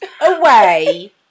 away